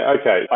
okay